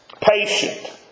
patient